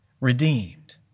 redeemed